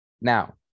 now